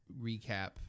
recap